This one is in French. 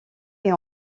est